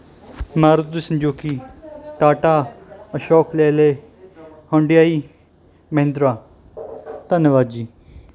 Maruti Suzuki Tata Ashok ਲੇ ਲੇ Hyundai Mahindra ਧੰਨਵਾਦ ਜੀ